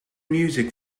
music